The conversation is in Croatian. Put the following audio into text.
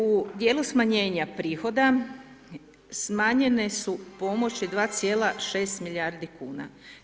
U dijelu smanjenja prihoda, smanjene su pomoći 2,6 milijardi kuna.